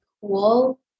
cool